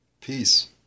peace